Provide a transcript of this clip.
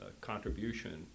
contribution